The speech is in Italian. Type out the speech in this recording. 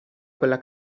quella